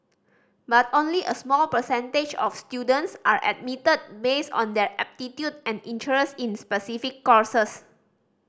but only a small percentage of students are admitted based on their aptitude and interest in specific courses